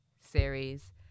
series